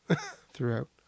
throughout